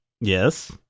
Yes